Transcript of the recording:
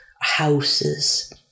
houses